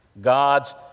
God's